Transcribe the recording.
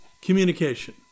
communication